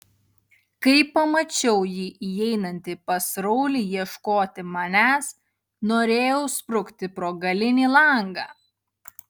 kai pamačiau jį įeinantį pas raulį ieškoti manęs norėjau sprukti pro galinį langą